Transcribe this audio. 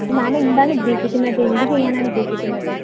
മാം എന്താണ് ഉദ്ദേശിക്കുന്നത് എന്ത് ചെയ്യാനാണ് ഉദ്ദേശിക്കുന്നത്